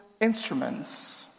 instruments